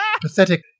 Pathetic